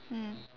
mm